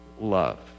love